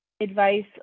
advice